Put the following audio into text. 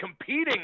competing